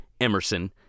Emerson